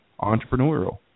entrepreneurial